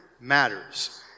matters